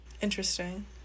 Interesting